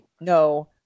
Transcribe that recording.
No